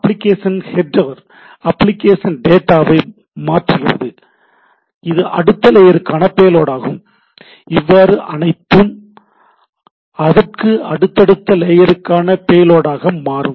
application header application டேட்டாவாக மாறுகிறது இது அடுத்த லேயருக்கான பேலோடாகும் இவ்வாறு அனைத்தும் அதற்கு அடுத்தடுத்த லேயருக்கான பேலோடாக மாறும்